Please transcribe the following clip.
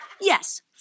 Yes